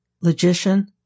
logician